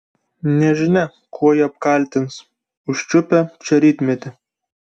nežinia kuo jį apkaltins užčiupę čia rytmetį